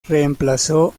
reemplazó